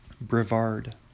Brevard